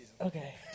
Okay